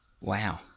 wow